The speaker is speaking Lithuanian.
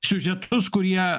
siužetus kurie